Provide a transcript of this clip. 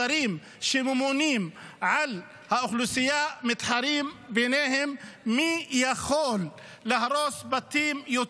אם השרים שממונים על האוכלוסייה מתחרים ביניהם מי יכול להרוס יותר בתים.